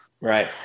Right